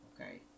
Okay